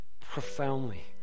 profoundly